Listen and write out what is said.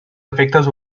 efectes